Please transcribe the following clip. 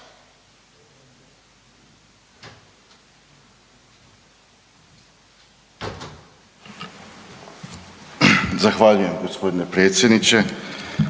Hvala gospodine predsjedniče